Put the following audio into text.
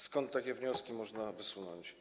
Skąd takie wnioski można wysunąć?